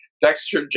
Dexter